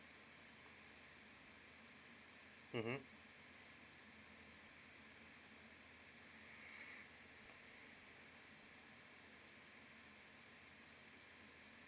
mmhmm